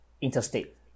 interstate